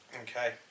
Okay